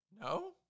No